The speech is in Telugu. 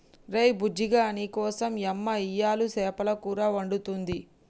ఒరే బుజ్జిగా నీకోసం యమ్మ ఇయ్యలు సేపల కూర వండుతుంది